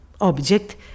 object